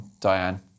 Diane